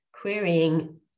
querying